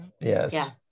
yes